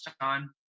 time